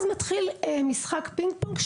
אז מתחיל משחק פינג-פונג,